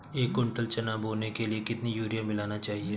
एक कुंटल चना बोने के लिए कितना यूरिया मिलाना चाहिये?